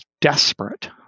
desperate